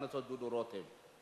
חבר הכנסת דודו רותם.